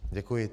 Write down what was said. Děkuji.